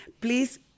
Please